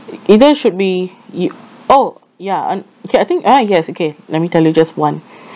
either should be y~ oh ya okay I think ah yes okay let me tell you just one